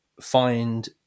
find